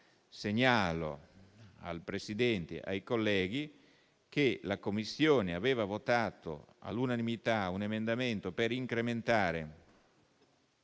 segnalo al Presidente e ai colleghi che la Commissione aveva votato all'unanimità un emendamento per incrementare